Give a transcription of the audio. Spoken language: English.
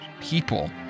people